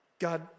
God